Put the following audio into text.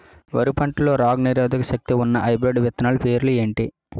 వరి పంటలో రోగనిరోదక శక్తి ఉన్న హైబ్రిడ్ విత్తనాలు పేర్లు ఏంటి?